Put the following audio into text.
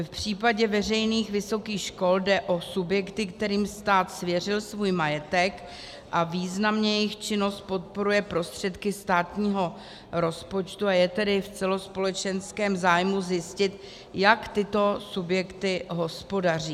V případě veřejných vysokých škol jde o subjekty, kterým stát svěřil svůj majetek, a významně jejich činnost podporuje prostředky státního rozpočtu, a je tedy v celospolečenském zájmu zjistit, jak tyto subjekty hospodaří.